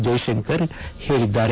ಜೈಶಂಕರ್ ಹೇಳಿದ್ದಾರೆ